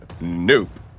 nope